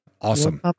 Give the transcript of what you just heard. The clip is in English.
Awesome